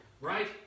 right